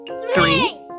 Three